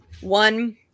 one